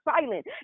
silent